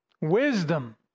Wisdom